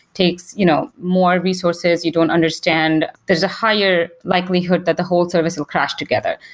takes you know more resources you don't understand. there's a higher likelihood that the whole service will crash together.